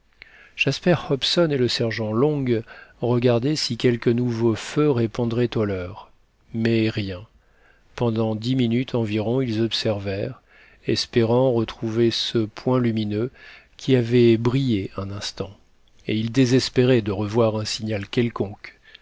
jasper hobson et le sergent long regardaient si quelque nouveau feu répondrait au leur mais rien pendant dix minutes environ ils observèrent espérant retrouver ce point lumineux qui avait brillé un instant et ils désespéraient de revoir un signal quelconque